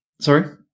Sorry